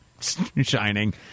shining